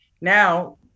now